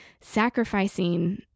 sacrificing